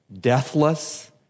deathless